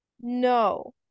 No